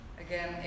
again